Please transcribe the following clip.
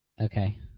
Okay